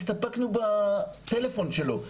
הסתפקו בטלפון שלו,